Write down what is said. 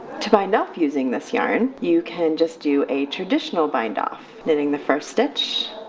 to bind off using this yarn you can just do a traditional bind off knitting the first stitch,